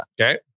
Okay